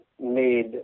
made